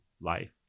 life